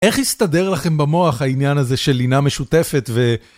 איך הסתדר לכם במוח העניין הזה של לינה משותפת ו...